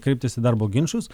kreiptis į darbo ginčus